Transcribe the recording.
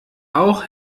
auch